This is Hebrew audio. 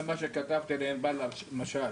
זה מה שכתבתי לענבל משש.